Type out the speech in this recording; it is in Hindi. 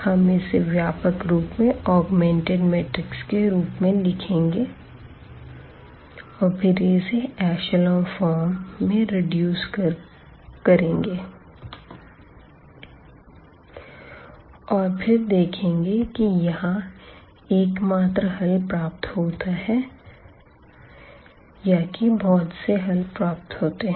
हम इसे व्यापक रूप में ऑगमेंटेड मैट्रिक्स के रूप में लिखेंगे और फिर इसे ऐशलों फॉर्म में रिड्यूस करेंगे और फिर देखेंगे कि यहाँ एकमात्र हल प्राप्त होता है या की बहुत से हल प्राप्त होते है